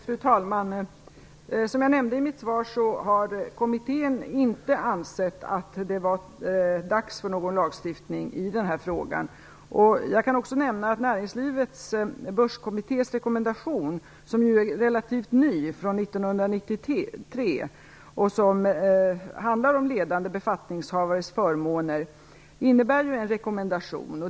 Fru talman! Som jag nämnde i mitt svar har kommittén inte ansett att det är dags för någon lagstiftning i den här frågan. Näringslivets börskommittés rekommendation som är relativt ny - den kom 1993 - handlar om ledande befattningshavares förmåner. Detta är en rekommendation.